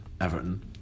Everton